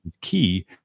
key